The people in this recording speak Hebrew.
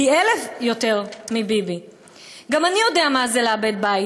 פי-אלף יותר מביבי"; "גם אני יודע מה לזה לאבד בית.